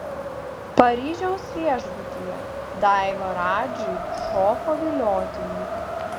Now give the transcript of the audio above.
paryžiaus viešbutyje daiva radžiui šoko viliotinį